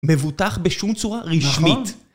מבוטח בשום צורה רשמית.